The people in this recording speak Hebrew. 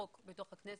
יותר.